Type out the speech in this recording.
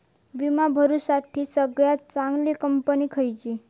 विमा भरुच्यासाठी सगळयात चागंली कंपनी खयची?